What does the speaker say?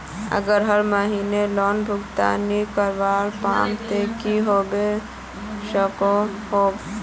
अगर हर महीना लोन भुगतान नी करवा पाम ते की होबे सकोहो होबे?